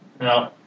No